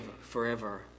forever